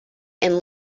and